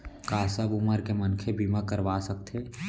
का सब उमर के मनखे बीमा करवा सकथे?